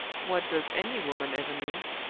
what does any woman ever know?